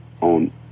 on